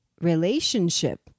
relationship